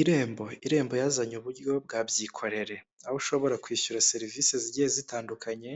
Irembo irembo yazanye uburyo bwa byikorere, aho ushobora kwishyura serivisi zigiye zitandukanye